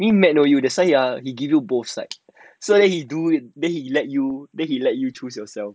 maybe matte know you that's why ah he give you both side so then he do it then he let you then he let you choose yourself